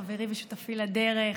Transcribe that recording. חברי ושותפי לדרך,